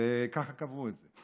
כך קבעו את זה.